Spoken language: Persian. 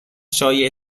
شایع